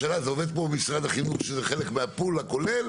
השאלה אם זה עובד כמו משרד החינוך שזה חלק מהפול הכולל